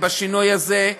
בשינוי הזה,